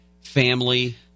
family